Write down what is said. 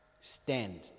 stand